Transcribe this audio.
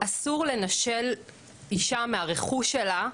אסור לנשל אישה מהרכוש שלה,